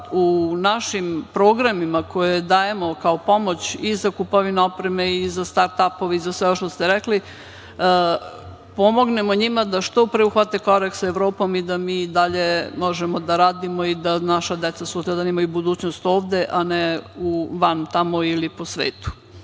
u našim programima koje dajemo kao pomoć i za kupovinu opreme i za startapove i za sve ovo što ste rekli, pomognemo njima da što pre uhvate korak sa Evropom i da mi dalje možemo da radimo i da naša deca sutradan imaju budućnost ovde, a ne po svetu. Hvala.